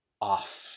off